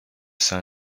san